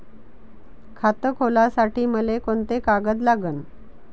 खात खोलासाठी मले कोंते कागद लागन?